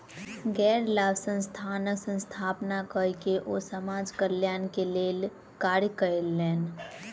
गैर लाभ संस्थानक स्थापना कय के ओ समाज कल्याण के लेल कार्य कयलैन